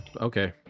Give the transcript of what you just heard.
Okay